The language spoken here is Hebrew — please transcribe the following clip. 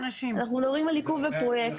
אנחנו מדברים על עיכוב בפרויקט.